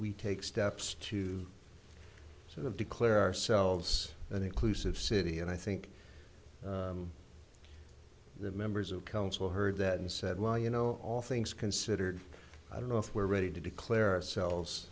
take steps to sort of declare ourselves an inclusive city and i think the members of council heard that and said well you know all things considered i don't know if we're ready to declare ourselves